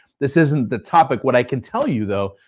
this isn't the topic. what i can tell you though,